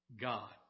God